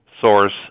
source